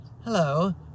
Hello